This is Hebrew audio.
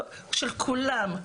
של כולם,